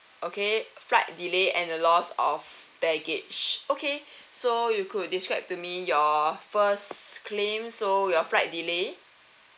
okay flight delay and the lost of baggage okay so you could describe to me your first claim so your flight delay